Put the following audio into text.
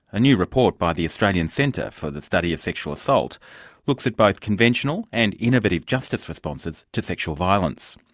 a new report by the australian centre for the study of sexual assault looks at both conventional and innovative justice responses to sexual violence.